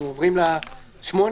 מאוד פשוט,